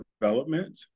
development